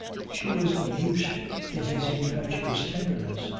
she was used to his impetuous tenderness.